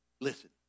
Listen